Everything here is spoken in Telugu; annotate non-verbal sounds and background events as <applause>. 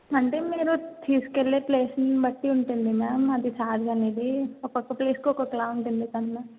అంటే మీరు తీసుకెళ్లే ప్లేసులని బట్టి ఉంటుంది మ్యామ్ అది ఛార్జ్ అనేది ఒక్కొక్క ప్లేసుకి ఒక్కొక్కలా ఉంటుంది <unintelligible>